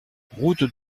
route